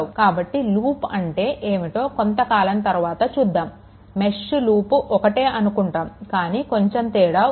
కాబట్టి లూప్ అంటే ఏమిటో కొంతకాలం తరువాత చూద్దాము మెష్ లూప్ ఒకటే అనుకుంటాము కానీ కొంచెం తేడా ఉంది